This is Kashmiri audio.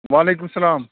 وعلیکُم سلام